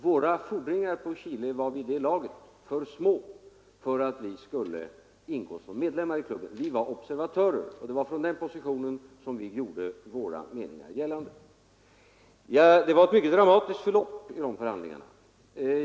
Våra fordringar på Chile var vid det laget för små för att vi skulle kunna ingå som medlemmar i klubben. Vi var observatörer, och det var från den positionen vi gjorde våra meningar gällande. De förhandlingar som fördes i Parisklubben fick ett mycket dramatiskt förlopp.